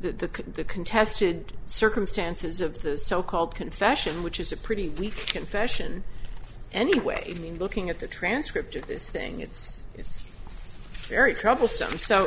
the the contested circumstances of the so called confession which is a pretty weak confession anyway i mean looking at the transcript of this thing it's it's very troublesome so